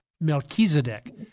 Melchizedek